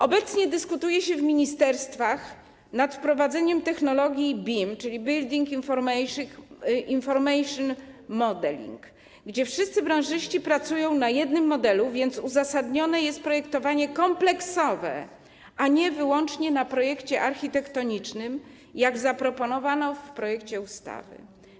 Obecnie dyskutuje się w ministerstwach nad wprowadzeniem technologii BIM, czyli Building Information Modeling, gdzie wszyscy branżyści pracują na jednym modelu, więc uzasadnione jest projektowanie kompleksowe, a nie wyłączenie na projekcie architektonicznym, jak zaproponowano w projekcie ustawy.